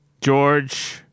George